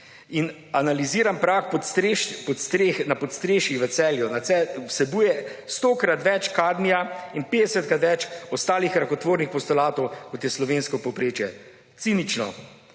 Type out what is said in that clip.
In analiziran prah na podstrešjih v Celju vsebuje 100-krat več kadmija in 50-krat več ostalih rakotvornih postulatov, kot je slovensko povprečje. Cinično,